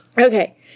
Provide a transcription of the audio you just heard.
Okay